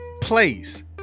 Place